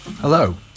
Hello